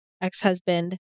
ex-husband